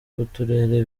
b’uturere